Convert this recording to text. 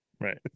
Right